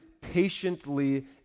patiently